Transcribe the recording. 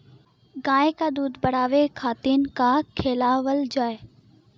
गाय क दूध बढ़ावे खातिन का खेलावल जाय?